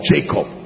Jacob